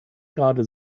gerade